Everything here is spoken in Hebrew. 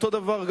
אותו הדבר,